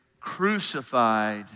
crucified